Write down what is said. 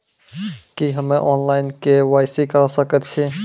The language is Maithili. की हम्मे ऑनलाइन, के.वाई.सी करा सकैत छी?